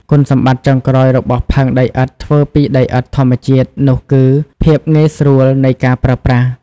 គុណសម្បត្តិចុងក្រោយរបស់ផើងដីឥដ្ឋធ្វើពីដីឥដ្ឋធម្មជាតិនោះគឺ ភាពងាយស្រួលនៃការប្រើប្រាស់។